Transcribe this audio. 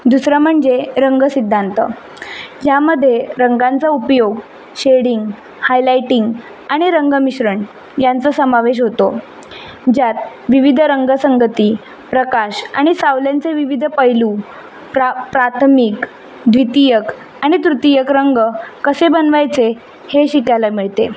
दुसरं म्हणजे रंगसिद्धांत ज्यामध्ये रंगांचा उपयोग शेडिंग हायलायटिंग आणि रंग मिश्रण यांचा समावेश होतो ज्यात विविध रंगसंगती प्रकाश आणि सावल्यांचे विविध पैलू प्रा प्राथमिक द्वितियक आणि तृतीयक रंग कसे बनवायचे हे शिकायला मिळते